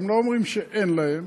הם לא אומרים שאין להם,